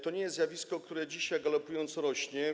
To nie jest zjawisko, które dzisiaj galopująco rośnie.